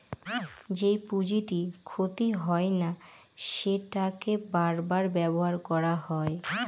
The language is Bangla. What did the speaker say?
যেই পুঁজিটি ক্ষতি হয় না সেটাকে বার বার ব্যবহার করা হয়